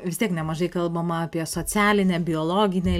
vis tiek nemažai kalbama apie socialinę biologinę